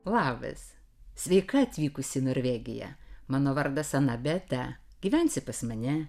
labas sveika atvykusi į norvegiją mano vardas anabete gyvensi pas mane